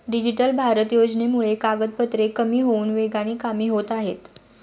digital Bharat योजनेमुळे कागदपत्रे कमी होऊन वेगाने कामे होत आहेत